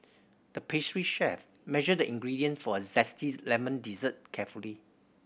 the pastry chef measured the ingredients for a zesty lemon dessert carefully